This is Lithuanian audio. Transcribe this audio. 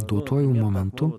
duotuoju momentu